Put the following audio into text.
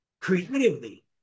creatively